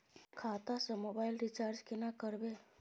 खाता स mobile recharge केना करबे?